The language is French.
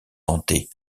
dentées